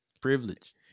Privilege